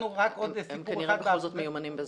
הם כנראה בכל זאת מיומנים בזה.